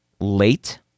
late